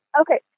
Okay